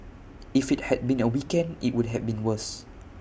if IT had been A weekend IT would have been worse